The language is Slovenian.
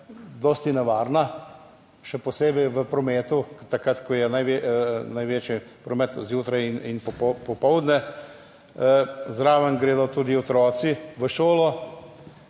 dosti nevarna, še posebej v prometu, takrat, ko je promet zjutraj in popoldne, zraven gredo tudi otroci v šolo,